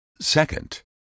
Second